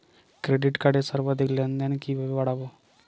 Credit কার্ডের সর্বাধিক লেনদেন কিভাবে বাড়াবো?